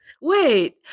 Wait